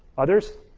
others?